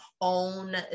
own